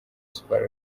super